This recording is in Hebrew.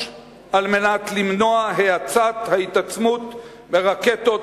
על מנת למנוע האצת ההתעצמות ברקטות,